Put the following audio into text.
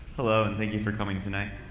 hello and thank you for coming tonight.